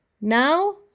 Now